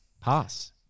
pass